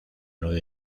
nueva